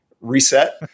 reset